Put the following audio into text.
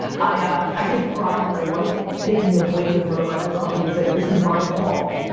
i ah i take pride and i like taking the blame in front of my whole company and saying this is my fault,